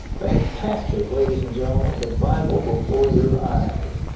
fantastic, ladies and gentlemen, the bible before your eyes.